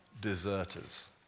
deserters